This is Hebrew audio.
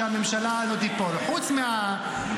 כשהממשלה הזו תיפול חוץ מהקפלניסטים?